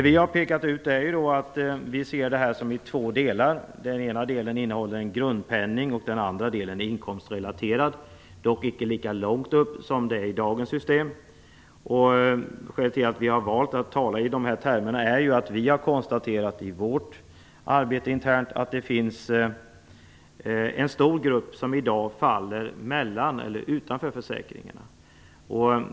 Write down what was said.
Vi har pekat på att vi ser detta som två delar: Den ena delen innehåller en grundpenning, och den andra delen är inkomstrelaterad, dock icke på lika hög nivå som med dagens system. Skälet till att vi har valt att tala i dessa termer är att vi i vårt interna arbete har konstaterat att det finns en stor grupp som i dag faller mellan eller utanför försäkringarna.